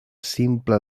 simpla